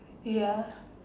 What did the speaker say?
ya